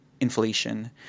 inflation